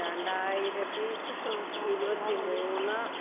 രണ്ടായിരത്തി ഇരുപത്തി മൂന്ന്